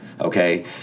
Okay